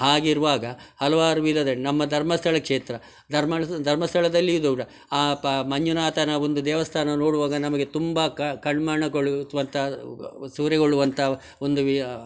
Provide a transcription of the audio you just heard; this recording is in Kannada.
ಹಾಗಿರುವಾಗ ಹಲವಾರು ವಿಧದಲ್ಲಿ ನಮ್ಮ ಧರ್ಮಸ್ಥಳ ಕ್ಷೇತ್ರ ಧರ್ಮಸ್ ಧರ್ಮಸ್ಥಳದಲ್ಲಿ ಇದು ದೂರ ಆ ಪ ಮಂಜುನಾಥನ ಒಂದು ದೇವಸ್ಥಾನ ನೋಡುವಾಗ ನಮಗೆ ತುಂಬ ಕಣ್ಮನಗೊಳಿಸುವಂಥ ಸೂರೆಗೊಳ್ಳುವಂಥ ಒಂದು ವಿ